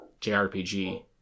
JRPG